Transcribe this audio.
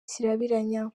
kirabiranya